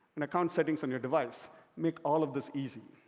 and account settings on your device make all of this easy.